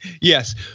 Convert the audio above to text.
Yes